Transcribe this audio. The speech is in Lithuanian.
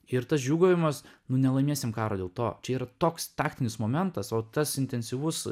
ir tas džiūgavimas nu nelaimėsim karo dėl to čia yra toks taktinis momentas o tas intensyvus